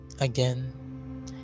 again